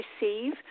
receive